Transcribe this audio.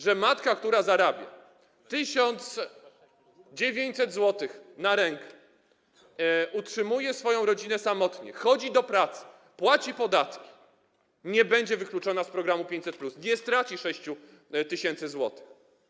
że matka, która zarabia 1900 zł na rękę, utrzymuje swoją rodzinę samotnie, chodzi do pracy, płaci podatki, nie będzie wykluczona z programu 500+, nie straci 6000 zł.